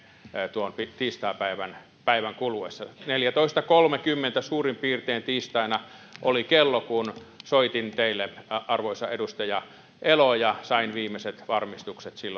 tuon tiistaipäivän kuluessa neljäntoista piste kolmenkymmenen suurin piirtein oli kello tiistaina kun soitin teille arvoisa edustaja elo ja sain viimeiset varmistukset